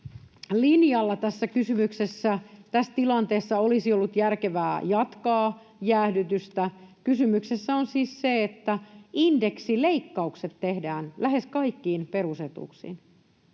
Tässä tilanteessa olisi ollut järkevää jatkaa jäädytystä. Kysymyksessä on siis se, että indeksileikkaukset tehdään lähes kaikkiin perusetuuksiin.